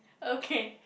okay